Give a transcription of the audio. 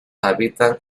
habitan